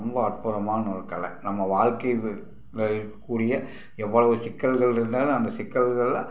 ரொம்ப அற்புதமான ஒரு கல நம்ம வாழ்க்கையில வ இருக்கக்கூடிய எவ்வளோவு சிக்கல்கள் இருந்தாலும் அந்த சிக்கல்களை